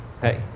hey